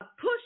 push